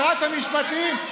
שרת המשפטים,